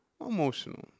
Emotional